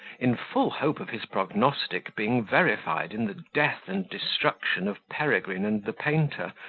in full hope of his prognostic being verified in the death and destruction of peregrine and the painter,